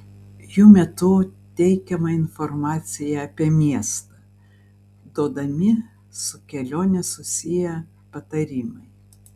jų metu teikiama informacija apie miestą duodami su kelione susiję patarimai